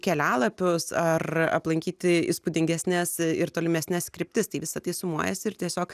kelialapius ar aplankyti įspūdingesnes ir tolimesnes kryptis tai visa tai sumuojasi ir tiesiog